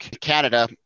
Canada